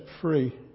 free